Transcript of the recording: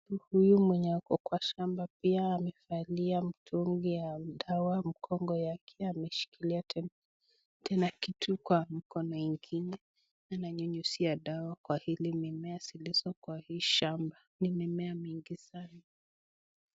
Huyu aliye shambani pia amevalia mtungi wa kunyunyizia dawa kwenye mgongo wake. Ameshikilia kitu kwenye mkono mwingine. Ananyunyizia dawa kwenye mimea iliyo shambani. Ni mimea mingi sana.